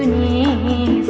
e